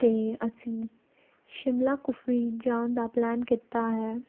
ਅਤੇ ਅਸੀਂ ਸ਼ਿਮਲਾ ਕੁਫਰੀ ਜਾਣ ਦਾ ਪਲੈਨ ਕੀਤਾ ਹੈ